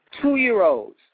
two-year-olds